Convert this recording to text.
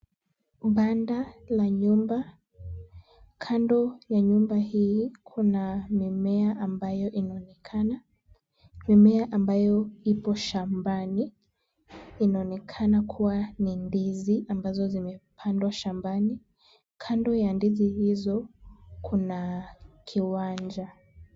Banda la nyumba. Kando ya nyumba hii kuna mimea ambayo inaonekana, mimea ambayo ipo shambani. Inaonekana kuwa ni ndizi ambazo zimepandwa shambani. Kando ya ndizi hizo kuna kiwanja.